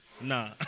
Nah